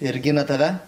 ir gina tave